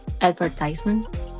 advertisement